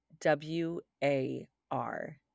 W-A-R